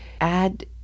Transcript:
add